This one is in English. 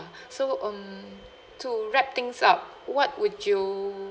so um to wrap things up what would you